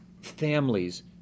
families